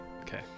Okay